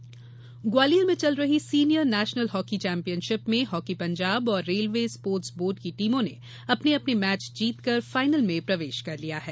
hockey Gwalior Gwalior में चल रही सिनियर नेशनल हॉकी चैम्पियनशीप में हॉकी पंजाब और रेलवे स्पोर्टस बोर्ड की टीमों ने अपने अपने मैच जीत कर फाइनल में प्रवेश कर लिया है